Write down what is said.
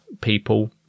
people